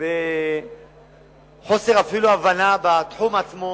יש חוסר הבנה בתחום עצמו